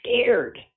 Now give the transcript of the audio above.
scared